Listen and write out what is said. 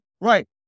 Right